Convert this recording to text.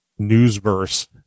newsverse